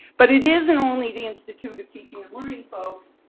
but it isn't only the institute of teaching and learning folks,